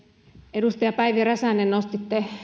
edustaja päivi räsänen nostitte